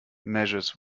measures